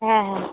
হ্যাঁ হ্যাঁ